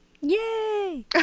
yay